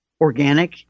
organic